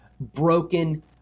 broken